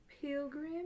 Pilgrim